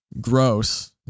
gross